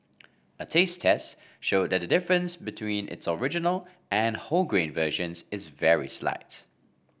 a taste test showed that the difference between its original and wholegrain versions is very slight